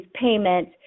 payment